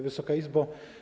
Wysoka Izbo!